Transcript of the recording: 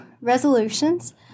resolutions